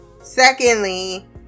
secondly